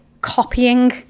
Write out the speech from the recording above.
copying